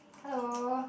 hello